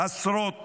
עשרות